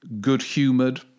good-humoured